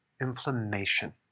inflammation